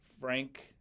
Frank